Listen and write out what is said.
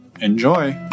Enjoy